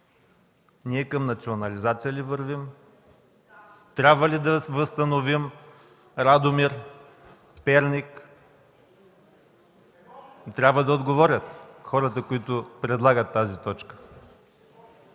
ние към национализация ли вървим? Трябва ли да възстановим Радомир, Перник? Хората, които предлагат тази точка,